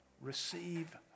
receive